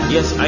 Yes